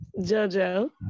Jojo